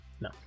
No